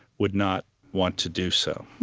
would not want to do so.